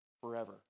forever